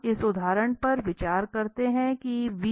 हम इस उदाहरण पर विचार करते हैं कि है